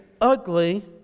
ugly